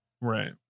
right